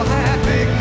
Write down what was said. happy